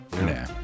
Nah